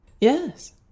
Yes